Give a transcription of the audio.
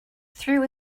through